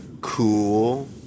cool